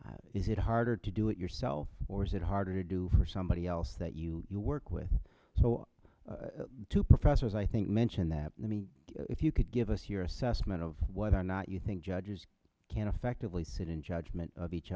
so is it harder to do it yourself or is it harder to do for somebody else that you you work with so two professors i think mention that i mean if you could give us your assessment of whether or not you think judges can effectively sit in judgment of each